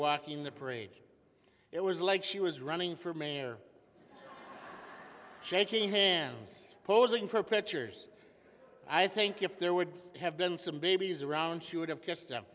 walk in the parade it was like she was running for mayor shaking hands posing for pictures i think if there would have been some babies around she would have kissed